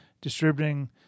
distributing